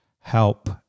help